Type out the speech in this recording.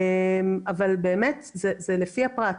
אבל זה באמת לפי הפרט,